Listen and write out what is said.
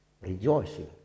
rejoicing